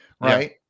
right